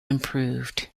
improved